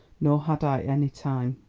nor had i any time.